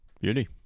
Beauty